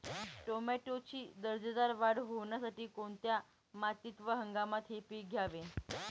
टोमॅटोची दर्जेदार वाढ होण्यासाठी कोणत्या मातीत व हंगामात हे पीक घ्यावे?